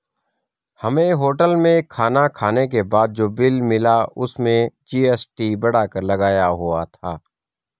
हमें होटल में खाना खाने के बाद जो बिल मिला उसमें जी.एस.टी बढ़ाकर लगाया हुआ था